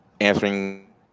answering